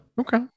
Okay